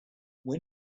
when